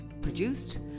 Produced